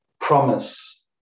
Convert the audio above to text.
promise